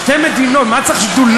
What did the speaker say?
שתי מדינות, מה צריך שדולה?